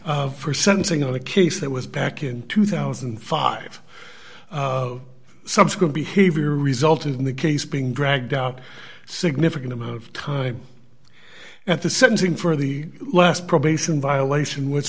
s for sentencing on a case that was back in two thousand and five subsequent behavior resulted in the case being dragged out significant amount of time at the sentencing for the last probation violation which